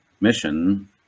mission